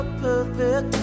perfect